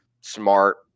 smart